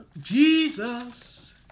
jesus